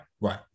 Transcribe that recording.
right